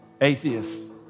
atheists